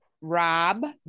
Rob